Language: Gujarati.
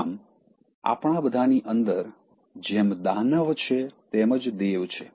આમ આપણા બધાની અંદર જેમ દાનવ છે તેમજ દેવ છે